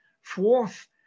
Fourth